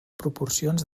proporcions